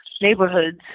neighborhoods